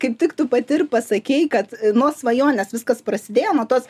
kaip tik tu pati ir pasakei kad nuo svajonės viskas prasidėjo nuo tos